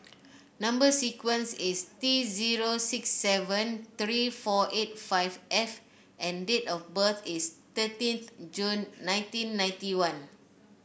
number sequence is T zero six seven three four eight five F and date of birth is thirteenth June nineteen ninety one